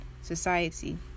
Society